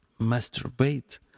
masturbate